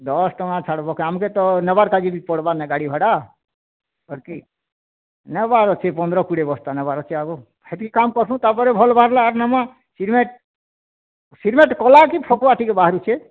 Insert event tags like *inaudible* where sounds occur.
ଦଶ୍ଟଙ୍କା ଛାଡ଼୍ବେ କାଁ ଆମେ ତ ନେବାର୍ କେ ପଡ଼୍ବା ଗାଡ଼ିଭଡ଼ା ପାର୍କିଙ୍ଗ୍ ନେବାର ଅଛି ପନ୍ଦର କୋଡ଼ିଏ ବସ୍ତା ନେବାର୍ ଅଛି ଆଗକୁ *unintelligible* ଭଲ୍ ବାହାରିଲେ ଆଗ୍କୁ ନେବା ସିମେଣ୍ଟ କଲା କି ଫକୁଆ ବାହାରୁଛେ